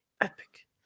epic